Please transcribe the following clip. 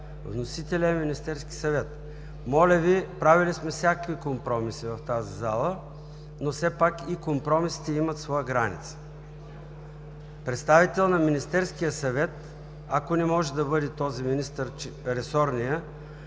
Вносителят е Министерският съвет. Моля Ви, правили сме всякакви компромиси в тази зала, но все пак и компромисите имат свои граници! Представител на Министерския съвет, ако не може да бъде ресорният